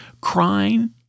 Crying